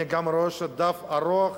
אני גם רואה שזה דף ארוך.